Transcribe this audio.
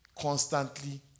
constantly